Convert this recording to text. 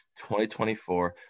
2024